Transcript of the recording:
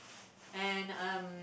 and um